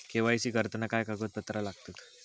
KYC करताना काय कागदपत्रा लागतत?